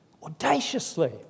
audaciously